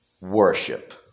Worship